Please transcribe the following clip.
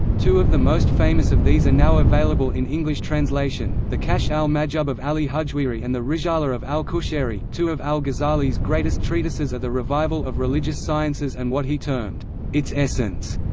two of the most famous of these are now available in english translation the kashf al-mahjub of ali hujwiri and the risala of al-qushayri two of al-ghazali's greatest treatises are the revival of religious sciences and what he termed its essence,